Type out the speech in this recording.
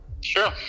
Sure